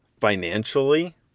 financially